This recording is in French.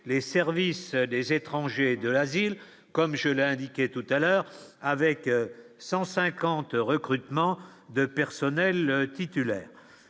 les services des étrangers de la ville, comme je l'ai indiqué tout à l'heure avec 150 recrutements de personnels titulaires